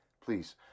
Please